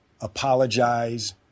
apologize